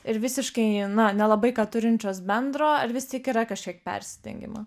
ir visiškai na nelabai ką turinčios bendro ar vis tik yra kažkiek persidengimo